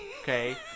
okay